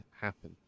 happen